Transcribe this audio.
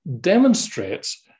demonstrates